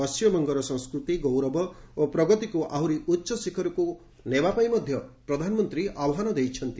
ପଣ୍ଟିମବଙ୍ଗର ସଂସ୍କୃତି ଗୌରବ ଓ ପ୍ରଗତିକୁ ଆହୁରି ଉଚ୍ଚଶିଖରକୁ ନେବାପାଇଁ ମଧ୍ୟ ପ୍ରଧାନମନ୍ତ୍ରୀ ଆହ୍ୱାନ ଦେଇଛନ୍ତି